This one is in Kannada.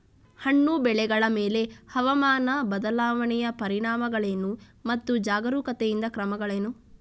ಹಣ್ಣು ಬೆಳೆಗಳ ಮೇಲೆ ಹವಾಮಾನ ಬದಲಾವಣೆಯ ಪರಿಣಾಮಗಳೇನು ಮತ್ತು ಜಾಗರೂಕತೆಯಿಂದ ಕ್ರಮಗಳೇನು?